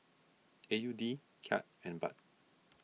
A U D Kyat and Baht